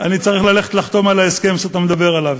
ללכת לחתום על ההסכם שאתה מדבר עליו.